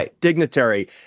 dignitary